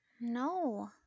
No